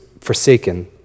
forsaken